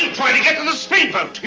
get to the speedboat.